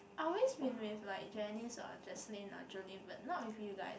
I always been with like Jenice or Jesline or Jolin but not with you guys